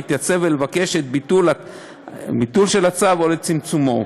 להתייצב ולבקש את ביטול הצו או את צמצומו.